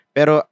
Pero